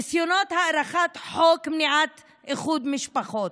ניסיונות הארכת חוק מניעת איחוד משפחות,